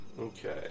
Okay